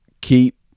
keep